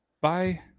Bye